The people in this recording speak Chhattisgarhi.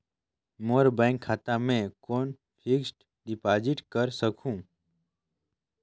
मोर बैंक खाता मे कौन फिक्स्ड डिपॉजिट कर सकहुं?